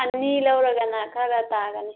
ꯑꯅꯤ ꯂꯧꯔꯒꯅ ꯈꯔꯒ ꯇꯥꯒꯅꯤ